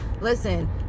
listen